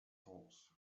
horse